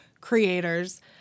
creators